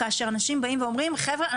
כאשר אנשים באים ואומרים חבר'ה,